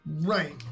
Right